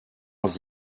off